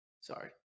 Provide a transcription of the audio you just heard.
Sorry